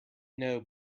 know